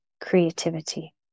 Creativity